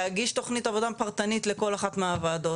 להגיש תכנית עבודה פרטנית לכל אחת מהוועדות.